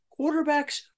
quarterbacks